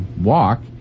walk